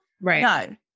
Right